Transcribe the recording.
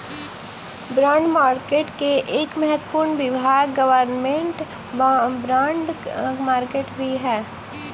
bond market के एक महत्वपूर्ण विभाग गवर्नमेंट बॉन्ड मार्केट भी हइ